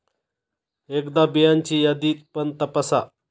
एकदा बियांची यादी पण तपासा